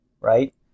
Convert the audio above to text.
right